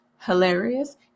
Hilarious